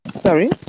sorry